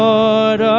Lord